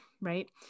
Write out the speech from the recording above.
right